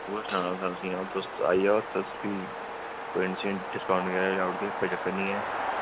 तुस आई जाओ तुसें फ्ही डिसकांऊट बगैरा देई ओड़ङ गे तुसेंगी कोई चक्कर नेईं ऐ